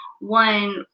one